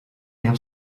mil